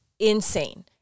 Insane